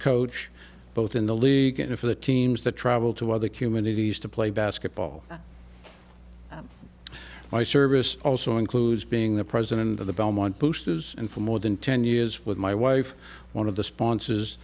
coach both in the league and if the teams that travel to other human duties to play basketball my service also includes being the president of the belmont boosters and for more than ten years with my wife one of the sponsors